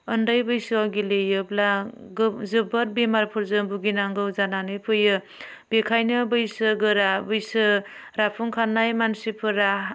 ओन्दै बैसोआव गेलेयोब्ला जोबोथ बेमारफोरजों भुगिनांगौ जानानै फैयो बेखायनो बैसो गोरा बैसो राफुंखानाय मानसिफोरा